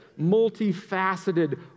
multifaceted